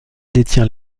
détient